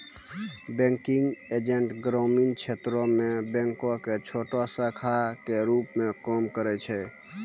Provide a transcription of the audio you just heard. banking agent ग्रामीण क्षेत्रो मे बैंको के छोटो शाखा के रुप मे काम करै छै